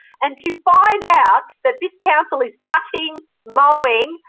and to find out that this council is cutting mowing,